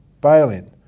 Bail-in